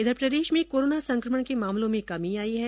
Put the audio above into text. इधर प्रदेश में कोरोना संक्रमण के मामलों में कमी आई है